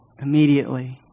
immediately